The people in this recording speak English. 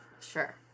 Sure